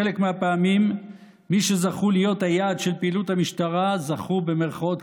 בחלק מהפעמים מי שזכו להיות היעד של פעילות המשטרה היו